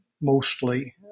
mostly